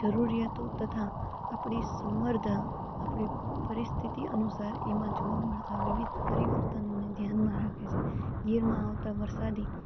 જરૂરિયાતો તથા આપણી સંવર્ધા આપણી પરિસ્થિતિ અનુસાર એમાં જોવા મળતાં વિવિધ પરિવર્તનોને ધ્યાનમાં રાખે છે ગીરમાં આવતા વરસાદી